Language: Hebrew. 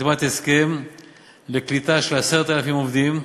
וחתימת הסכם לקליטה של 10,000 עובדים,